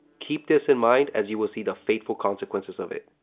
keep this in mind as you will see the fateful consequences of it.